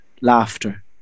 laughter